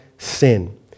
sin